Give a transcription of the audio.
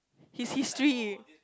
his history